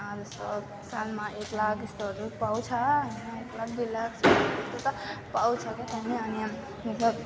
जस्तो सालमा एक लाख यस्तोहरू पाउँछ एक लाख दुई लाख पाउँछ अनि मतलब